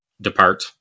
depart